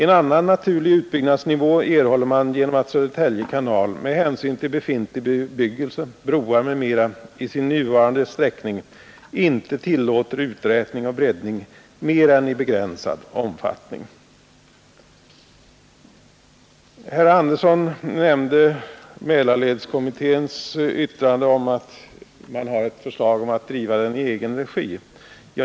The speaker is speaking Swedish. En annan naturlig begränsning av utbyggnadsnivån erhåller man genom att Södertälje kanal med hänsyn till befintlig bebyggelse, broar m.m. i sin nuvarande sträckning inte tillåter uträtning och breddning mer än i begränsad omfattning. Herr Andersson i Södertälje nämnde Mälarledskommitténs yttrande att det finns ett förslag att intressenterna skulle överta och driva farleden i egen regi.